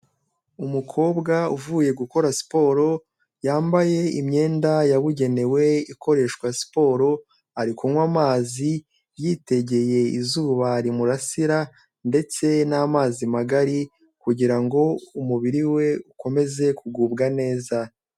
Umukobwa uvuye gukora siporo, yambaye imyenda yabugenewe ikoreshwa siporo, ari kunywa amazi yitegeye izuba rimurasira ndetse n'amazi magari kugira ngo umubiri we ukomeze kugubwa neza.